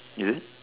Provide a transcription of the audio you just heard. is it